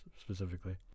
specifically